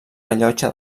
rellotge